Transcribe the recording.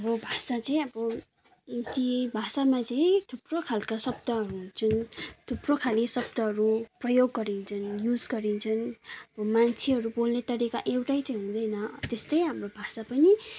हाम्रो भाषा चाहिँ अब यति भाषामा चाहिँ थुप्रो खाल्का शब्दहरू हुन्छन् थुप्रो खाले शब्दहरू प्रयोग गरिन्छन् युज गरिन्छन् मान्छेहरू बोल्ने तरिका एउटै त हुँदैन त्यस्तै हाम्रो भाषा पनि